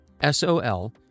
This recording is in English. S-O-L